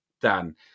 Dan